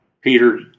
Peter